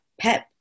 Pep